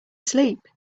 sleep